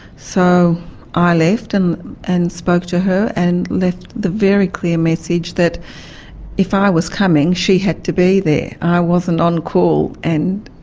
so i left and and spoke to her and left the very clear message that if i was coming, she had to be there. i wasn't on call, and